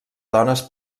dones